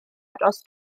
aros